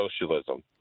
socialism